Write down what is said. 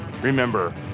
Remember